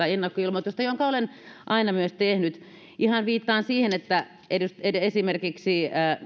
ennakkoilmoitusta jonka olen aina myös tehnyt ihan viittaan siihen että esimerkiksi